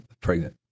pregnant